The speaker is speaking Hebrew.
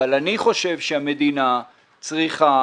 אבל אני חושב שהמדינה צריכה